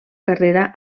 carrera